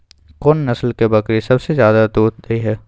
कोन नस्ल के बकरी सबसे ज्यादा दूध दय हय?